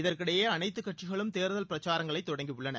இதற்கிடையே அனைத்து கட்சிகளும் தேர்தல் பிரச்சாரங்களை தொடங்கியுள்ளன